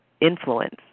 influence